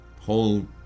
whole